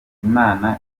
imana